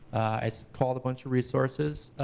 i called a bunch of resources,